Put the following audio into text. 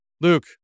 Luke